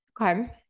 Okay